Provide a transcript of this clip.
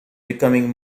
becoming